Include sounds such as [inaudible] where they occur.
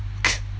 [noise]